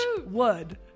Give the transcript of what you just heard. wood